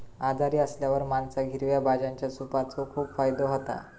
आजारी असल्यावर माणसाक हिरव्या भाज्यांच्या सूपाचो खूप फायदो होता